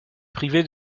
privé